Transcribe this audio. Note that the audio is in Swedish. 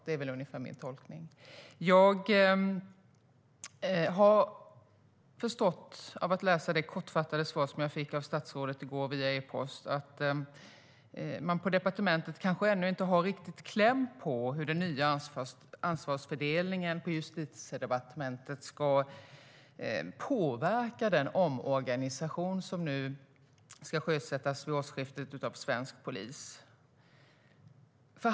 Det är ungefär min tolkning. Jag har förstått av att läsa det kortfattade svar som jag fick av statsrådet i går via e-post att man på departementet kanske ännu inte har riktigt kläm på hur den nya ansvarsfördelningen på Justitiedepartementet ska påverka den omorganisation av svensk polis som ska sjösättas vid årsskiftet.